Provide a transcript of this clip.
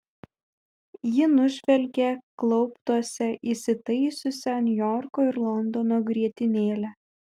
ji nužvelgė klauptuose įsitaisiusią niujorko ir londono grietinėlę